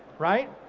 right?